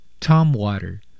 Tomwater